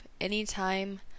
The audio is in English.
anytime